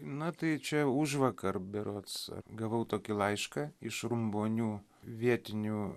na tai čia užvakar berods gavau tokį laišką iš rumbonių vietinių